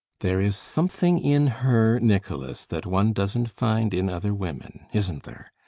there is something in her, nicholas, that one doesn't find in other women, isn't there?